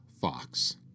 Fox